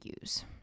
use